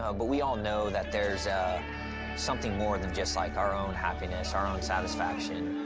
ah but we all know that there's something more than just like our own happiness, our own satisfaction,